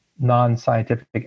non-scientific